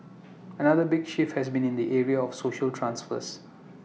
another big shift has been in the area of social transfers